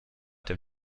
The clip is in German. der